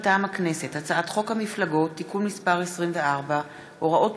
מטעם הכנסת: הצעת חוק המפלגות (תיקון מס' 24) (הוראות